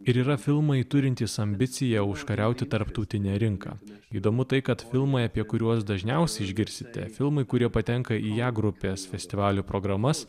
ir yra filmai turintys ambiciją užkariauti tarptautinę rinką įdomu tai kad filmai apie kuriuos dažniausiai išgirsite filmai kurie patenka į a grupės festivalių programas